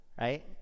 right